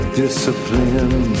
discipline